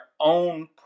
own